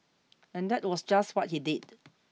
and that was just what he did